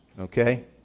Okay